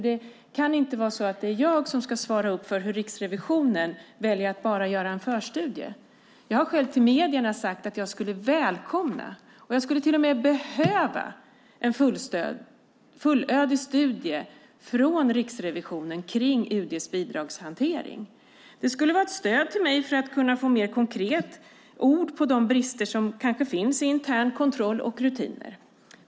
Det kan ju inte vara jag som ska vara för att Riksrevisionen väljer att göra bara en förstudie. Jag har själv till medierna sagt att jag skulle välkomna och till och med behöva en fullödig studie från Riksrevisionen kring UD:s bidragshantering. Det skulle vara ett stöd för mig att mer konkret kunna få ord på de brister som kanske finns i intern kontroll och rutiner.